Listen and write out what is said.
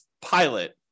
pilot